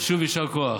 אז שוב, יישר כוח.